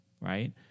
right